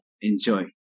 enjoy